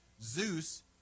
Zeus